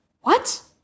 What